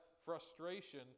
frustration